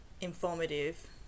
informative